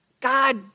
God